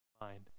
mind